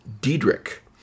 Diedrich